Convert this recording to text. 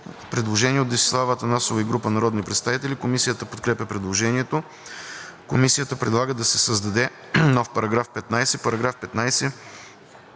Предложение от Десислава Атанасова и група народни представители. Комисията подкрепя предложението. Комисията предлага да се създаде нов § 15: „§ 15.